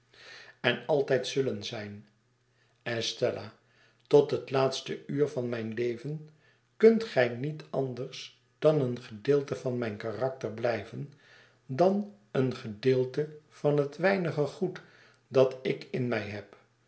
en altijd zullen zijn estella tot het laatste uur van mijn leven kunt gij niet anders dan een gedeelte van mijn karakter blijven dan een gedeelte van het weinige goed dat ik in mij heb